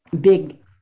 big